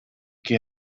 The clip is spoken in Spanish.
que